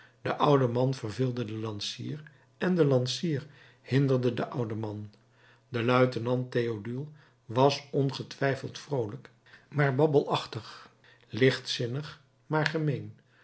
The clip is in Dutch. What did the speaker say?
de oude man verveelde den lansier en de lansier hinderde den ouden man de luitenant theodule was ongetwijfeld vroolijk maar babbelachtig lichtzinnig maar